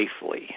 safely